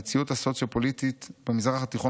המציאות הסוציו-פוליטית במזרח התיכון